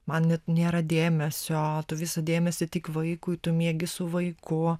man net nėra dėmesio o tu visą dėmesį tik vaikui tu miegi su vaiku